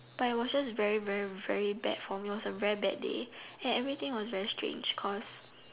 but it was just very very very bad for me it was a very bad day and everything is very strange cause